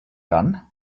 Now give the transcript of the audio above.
gun